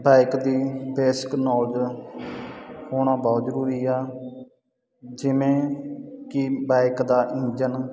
bike ਦੀ basic knowledge ਹੋਣਾ ਬਹੁਤ ਜਰੂਰੀ ਆ ਜਿਵੇਂ ਕਿ ਬਾਇਕ ਦਾ ਇੰਜਨ